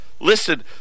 Listen